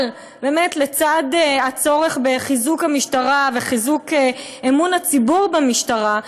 אבל לצד הצורך בחיזוק המשטרה וחיזוק אמון הציבור במשטרה,